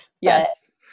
Yes